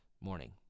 morning